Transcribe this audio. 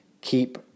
keep